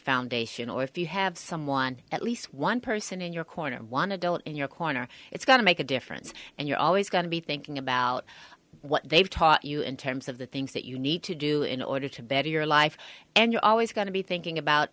foundation or if you have someone at least one person in your corner one adult in your corner it's going to make a difference and you're always going to be thinking about what they've taught you in terms of the things that you need to do in order to better your life and you're always going to be thinking about